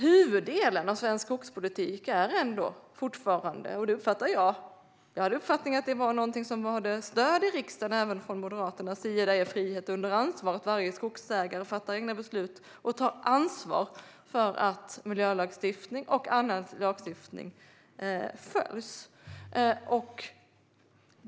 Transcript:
Huvuddelen av svensk skogspolitik är ändå fortfarande frihet under ansvar, och jag hade uppfattningen att det var någonting som hade stöd i riksdagen även från Moderaternas sida. Detta innebär att varje skogsägare fattar egna beslut och tar ansvar för att miljölagstiftning och annan lagstiftning följs.